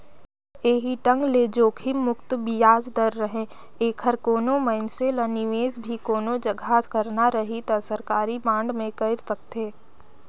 ऐही एंग ले जोखिम मुक्त बियाज दर रहें ऐखर कोनो मइनसे ल निवेस भी कोनो जघा करना रही त सरकारी बांड मे कइर सकथे